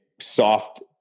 soft